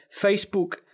Facebook